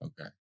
Okay